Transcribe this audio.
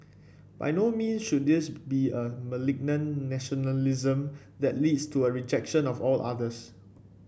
by no means should this be a malignant nationalism that leads to a rejection of all others